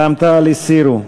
רע"ם-תע"ל, הסירו.